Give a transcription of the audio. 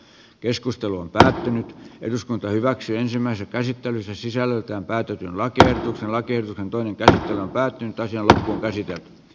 keskustelun tähän eduskunta hyväksyi ensimmäisen käsittelyn sen sisältöön päätyikin lakia raiteilta toinen tähti välkin taisi olla täysin